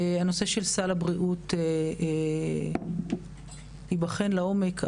הנושא של סל הבריאות ייבחן לעומק,